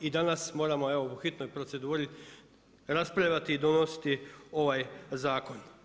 I danas moramo evo u hitnoj proceduri raspravljati i donositi ovaj zakon.